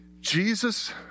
Jesus